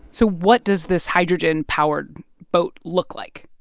so what does this hydrogen-powered boat look like?